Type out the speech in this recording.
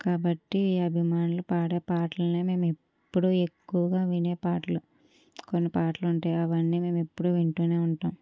కాబట్టి అభిమానులు పాడే పాటలని మేము ఎప్పుడూ ఎక్కువగా వినే పాటలు కొన్ని పాటలు ఉంటాయి అవన్ని మేము ఎప్పుడూ వింటూనే ఉంటాము